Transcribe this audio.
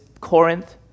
Corinth